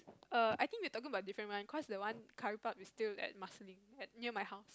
err I think we are talking about different one cause that one curry puff is still at Marsiling at near my house